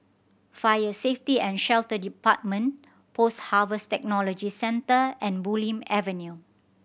Fire Safety And Shelter Department Post Harvest Technology Centre and Bulim Avenue